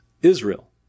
Israel